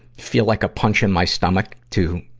feel like a punch in my stomach to,